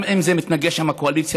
גם אם זה מתנגש עם הקואליציה,